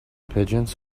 pigeons